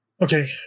Okay